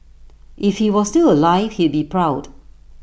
if he was still alive he'd be proud